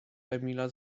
emila